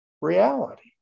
reality